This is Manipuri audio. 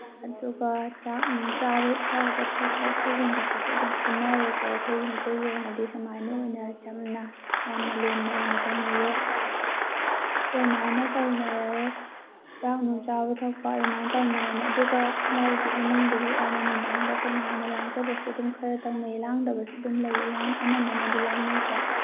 ꯑꯗꯨꯒ ꯆꯥꯛ ꯅꯨꯡ ꯆꯥꯕ ꯊꯛꯄ ꯁꯨꯒꯨꯝꯕꯁꯤꯁꯨ ꯑꯗꯨꯝ ꯁꯤꯟꯅꯔꯦꯀꯣ ꯑꯩꯈꯣꯏ ꯃꯩꯇꯩꯒꯤ ꯑꯣꯏꯅꯗꯤ ꯁꯨꯃꯥꯏꯅ ꯑꯣꯏꯅ ꯆꯝꯅ ꯌꯥꯝꯅ ꯂꯦꯝꯅ ꯑꯣꯏꯅ ꯇꯧꯅꯩꯌꯦ ꯑꯗꯨꯃꯥꯏꯅ ꯇꯧꯅꯔꯦ ꯆꯥꯛ ꯅꯨꯡ ꯆꯥꯕ ꯊꯛꯄ ꯑꯗꯨꯃꯥꯏ ꯇꯧꯅꯔꯅꯤ ꯑꯗꯨꯒ ꯃꯣꯏꯒꯤ ꯏꯃꯨꯡꯗꯨꯒꯤ ꯑꯣꯏꯅ ꯅꯨꯡꯗꯥꯡꯗ ꯇꯣꯉꯥꯟꯅ ꯂꯥꯡꯖꯕꯁꯨ ꯑꯗꯨꯝ ꯈꯔ ꯇꯧꯅꯩ ꯂꯥꯡꯗꯕꯁꯨ ꯑꯗꯨꯝ ꯂꯩ ꯑꯅꯝꯕꯅꯗꯤ ꯂꯥꯡꯅꯩꯀꯣ